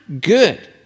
good